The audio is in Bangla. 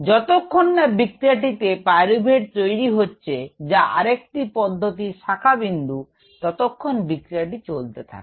যতক্ষণ না বিক্রিয়াটিতে পাইরুভেট তৈরি হচ্ছে যা আরেকটি পদ্ধতির শাখা বিন্দু ততক্ষণ বিক্রিয়াটি চলতে থাকে